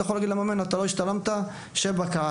אתה יכול להגיד למאמן: "אתה לא השתלמת שב בקהל",